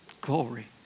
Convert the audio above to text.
glory